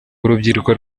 urubyiruko